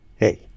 Hey